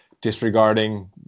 disregarding